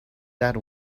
that